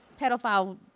pedophile